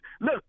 look